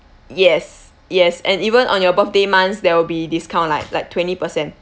yes yes and even on your birthday months there will be discount like like twenty percent